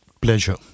pleasure